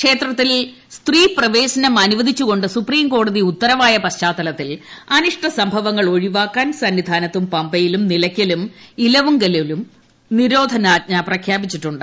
ക്ഷേത്രത്തിൽ സ്ത്രീപ്രവേശനം അനുവദിച്ചുകൊണ്ട് സുപ്രീംകോടതി ഉത്തരവായ പശ്ചാത്തലത്തിൽ അനിഷ്ട സംഭവങ്ങൾ ഒഴിവാക്കാൻ സന്നിധാനത്തും പമ്പയിലും നിലയ്ക്കലും ഇലവുങ്കലിലും നിരോധനാജ്ഞ പ്രഖ്യാപിച്ചിട്ടുണ്ട്